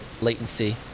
latency